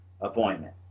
appointment